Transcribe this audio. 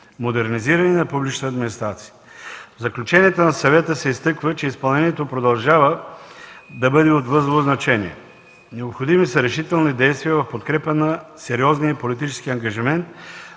модернизиране на публичната администрация. В заключенията на Съвета се изтъква, че изпълнението продължава да бъде от възлово значение. Необходими са решителни действия в подкрепа на сериозния политически ангажимент